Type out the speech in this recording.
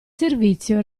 servizio